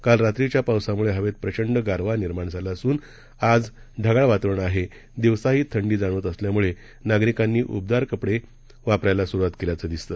काल रात्रीच्या पावसामुळे हवेत प्रचंड गारवा निर्माण झाला असून आज ढगाळ वातावरण असून दिवसाही थंडी जाणवत असल्यामुळे नागरिकांनी उबदार कपडे वापरायला सुरुवात केल्याचं दिसलं